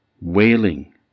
wailing